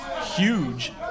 huge